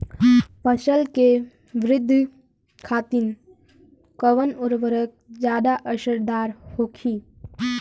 फसल के वृद्धि खातिन कवन उर्वरक ज्यादा असरदार होखि?